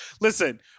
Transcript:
Listen